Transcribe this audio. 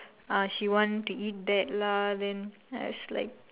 or she want to eat that lah then I was like